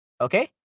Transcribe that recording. Okay